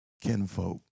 kinfolk